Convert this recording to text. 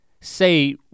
say